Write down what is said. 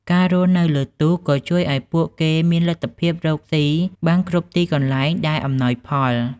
ការរស់នៅលើទូកក៏ជួយឲ្យពួកគេមានលទ្ធភាពរកស៊ីបានគ្រប់ទីកន្លែងដែលអំណោយផល។